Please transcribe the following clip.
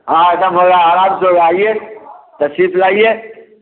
हाँ ऐसा बोला आराम से हो आइए तसरीफ लाइए